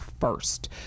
first